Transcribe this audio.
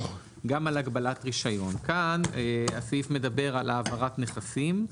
גם על הגבלת רישיון." כאן הסעיף מדבר על העברת נכסים,